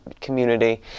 community